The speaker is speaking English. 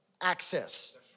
access